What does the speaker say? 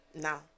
now